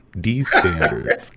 D-standard